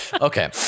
Okay